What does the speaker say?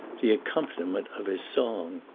the accompaniment of his song.